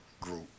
group